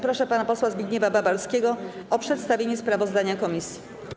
Proszę pana posła Zbigniewa Babalskiego o przedstawienie sprawozdania komisji.